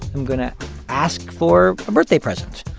i'm going to ask for a birthday present.